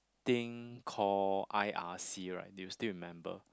thing call I_R_C right do you still remember